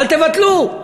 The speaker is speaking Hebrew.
אל תבטלו.